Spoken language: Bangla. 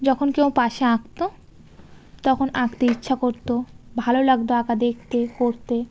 যখন কেউ পাশে আঁকতো তখন আঁকতে ইচ্ছা করতো ভালো লাগতো আঁকা দেখতে করতে